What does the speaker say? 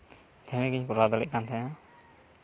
ᱡᱷᱟᱲᱮ ᱜᱤᱧ ᱠᱚᱨᱟᱣ ᱫᱟᱲᱮᱭᱟᱜ ᱠᱟᱱ ᱛᱟᱦᱮᱱᱟ